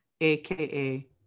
AKA